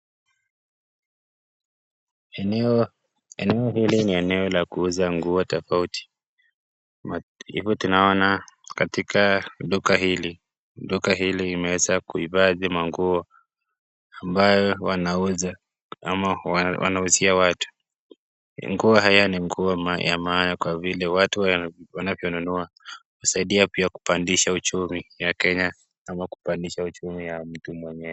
Eneo hii ni eneo ya kuuza nguo tafauti hivi tunaona katika duka hili duka hili inaweza kuifadhi maguo ambao wanauzia watu ngua haya ni nguo ya Maya watu wanavyo nunua kusaidia kupandisha ujumi ya kenya